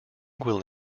will